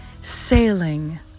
sailing